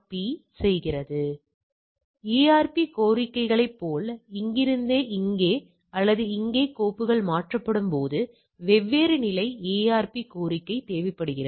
எனவே ARP கோரிக்கையைப் போல இங்கிருந்து இங்கே அல்லது இங்கே கோப்புகள் மாற்றப்படும்போது வெவ்வேறு நிலை ARP கோரிக்கை தேவைப்படுகிறது